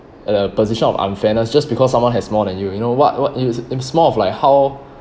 at a position of unfairness just because someone has more than you know what what it's it's more of like how